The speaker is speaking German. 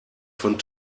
von